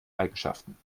eigenschaften